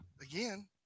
Again